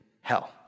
hell